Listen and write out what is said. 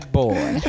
boy